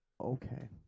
Okay